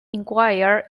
inquiry